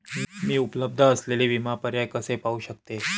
मी उपलब्ध असलेले विमा पर्याय कसे पाहू शकते?